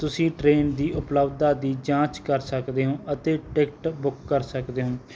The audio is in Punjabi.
ਤੁਸੀਂ ਟਰੇਨ ਦੀ ਉਪਲਬਧਤਾ ਦੀ ਜਾਂਚ ਕਰ ਸਕਦੇ ਹੋ ਅਤੇ ਟਿਕਟ ਬੁੱਕ ਕਰ ਸਕਦੇ ਹੋ